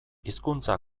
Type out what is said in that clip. hizkuntza